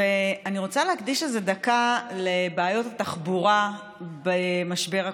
ואני רוצה להקדיש איזו דקה לבעיות תחבורה במשבר הקורונה.